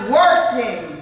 working